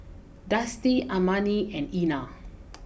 Dusty Armani and Einar